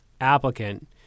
applicant